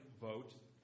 vote